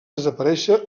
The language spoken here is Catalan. desaparèixer